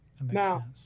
Now